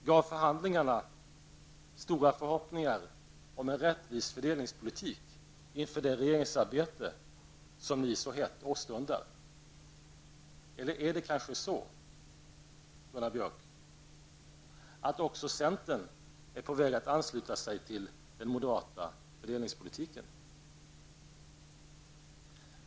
Gav förhandlingarna stora förhoppningar om en rättvis fördelningspolitik inför det regeringssamarbete som ni så hett åstundar, eller är det kanske så, Gunnar Björk, att också centern är på väg att ansluta sig till den moderata fördelningspolitiken?